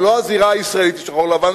ולא הזירה הישראלית היא שחור לבן,